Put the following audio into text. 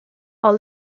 are